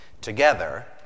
Together